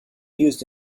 used